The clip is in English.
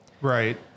right